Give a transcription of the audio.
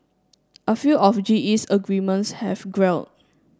a few of G E's agreements have gelled